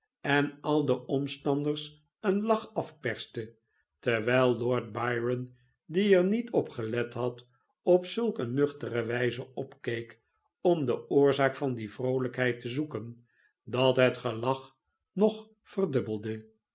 en al de omstanders een lach afperste terwijl lord byron die er niet op gelet had op zulk eene nuchterc wijze opkeek om de oorzaak van die vroolijkheid te zoeken dat het gelach nog verdubbelde